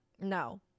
no